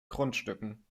grundstücken